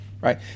right